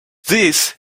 this